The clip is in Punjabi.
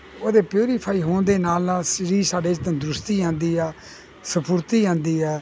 ਉਹਦੇ ਪਿਉਰੀਫਾਈ ਹੋਣ ਦੇ ਨਾਲ ਨਾਲ ਸਰੀਰ ਸਾਡੇ 'ਚ ਤੰਦਰੁਸਤੀ ਆਉਂਦੀ ਆ ਸਫੁਰਤੀ ਆਉਂਦੀ ਆ